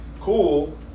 cool